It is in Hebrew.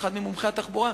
אחד ממומחי התחבורה,